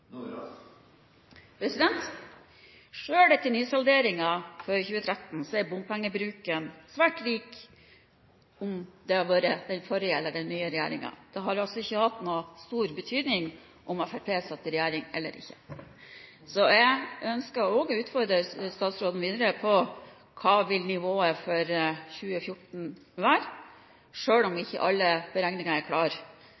etter nysalderingen for 2013 er bompengebruken svært lik hos den forrige og den nåværende regjeringen. Det har altså ikke hatt noen stor betydning om Fremskrittspartiet sitter i regjering eller ikke. Jeg ønsker å utfordre statsråden videre på hva nivået for 2014 vil være, selv om